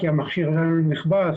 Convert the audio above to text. כי המכשיר שלנו נכבה,